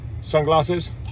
Sunglasses